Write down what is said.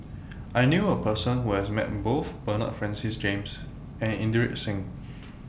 I knew A Person Who has Met Both Bernard Francis James and Inderjit Singh